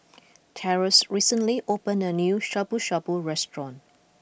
Terance recently opened a new Shabu Shabu restaurant